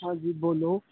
ਹਾਂਜੀ ਬੋਲੋ